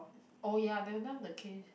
oh ya they've done the case